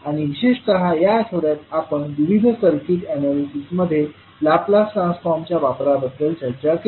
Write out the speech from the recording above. आणि विशेषतः या आठवड्यात आपण विविध सर्किट एनालिसिसमध्ये लाप्लास ट्रान्सफॉर्मच्या वापराबद्दल चर्चा केली